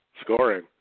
scoring